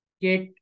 get